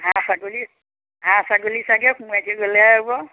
হাঁহ ছাগলী হাঁহ ছাগলী চাগৈ সোমোৱাই থৈ গ'লেহে হ'ব